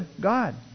God